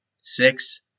Six